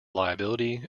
liability